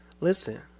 Listen